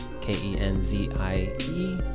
K-E-N-Z-I-E